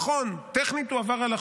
נכון, טכנית הוא עבר על החוק,